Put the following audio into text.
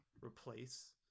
replace